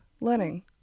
Learning